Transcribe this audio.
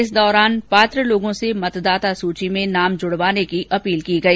इस दौरान पात्र लोगों से मतदाता सूची में नाम जुड़वाने की अपील की गई